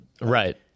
Right